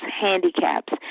handicaps